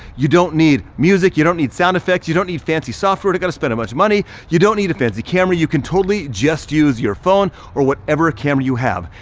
you don't need music, you don't need sound effects, you don't need fancy software to get to spend a bunch of money. you don't need a fancy camera. you can totally just use your phone or whatever camera you have.